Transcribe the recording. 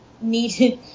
needed